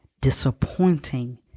disappointing